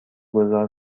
گذار